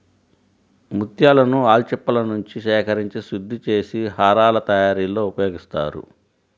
ముత్యాలను ఆల్చిప్పలనుంచి సేకరించి శుద్ధి చేసి హారాల తయారీలో ఉపయోగిస్తారు